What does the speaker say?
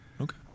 Okay